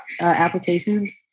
applications